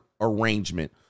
arrangement